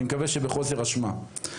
אני מקווה שבחוסר אשמה.